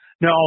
No